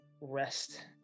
rest